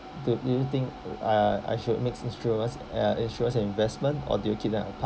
do you think uh I should mix insurance uh insurance and investment or do you keep them apart